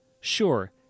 Sure